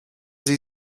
sie